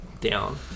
down